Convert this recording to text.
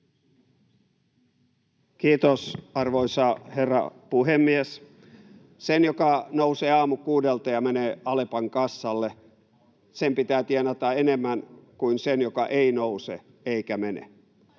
Kiitos, arvoisa herra puhemies! Sen, joka nousee aamukuudelta ja menee Alepan kassalle, pitää tienata enemmän kuin sen, joka ei nouse eikä mene.